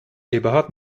eberhard